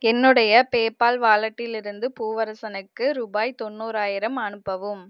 என்னுடைய பேபால் வாலட்டிலிருந்து பூவரசனுக்கு ரூபாய் தொண்ணூறாயிரம் அனுப்பவும்